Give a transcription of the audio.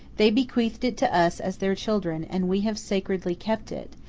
they bequeathed it to us as their children, and we have sacredly kept it,